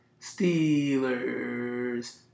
Steelers